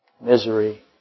misery